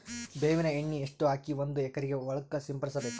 ಬೇವಿನ ಎಣ್ಣೆ ಎಷ್ಟು ಹಾಕಿ ಒಂದ ಎಕರೆಗೆ ಹೊಳಕ್ಕ ಸಿಂಪಡಸಬೇಕು?